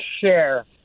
share